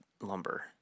lumber